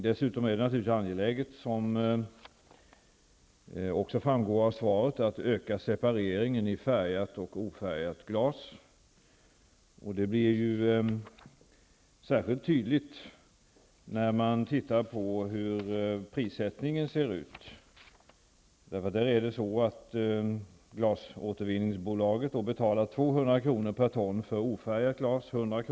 Dessutom är det naturligtvis angeläget, som också framgår av svaret, att öka separeringen av färgat och ofärgat glas. Det blir särskilt tydligt när man tittar på hur prissättningen ser ut. Glasåtervinningsbolaget betalar 200 kr. per ton för ofärgat glas, 100 kr.